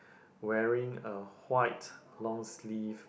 wearing a white long sleeve